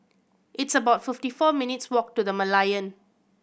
it's about fifty four minutes' walk to The Merlion